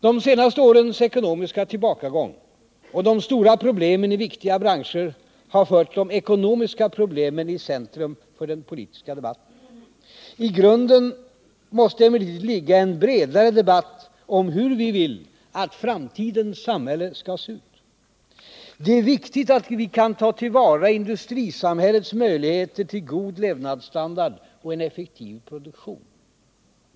De senaste årens ekonomiska tillbakagång och de stora problemen i viktiga branscher har fört de ekonomiska problemen i centrum för den politiska debatten. I grunden måste emellertid ligga en bredare debatt om hur vi vill att framtidens samhälle skall se ut. Det är viktigt att vi tar till vara industrisamhällets möjligheter till en god levnadsstandard och en effektiv produktion.